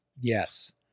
Yes